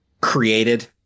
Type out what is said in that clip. created